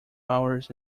hours